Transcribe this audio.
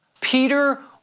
Peter